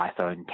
iPhone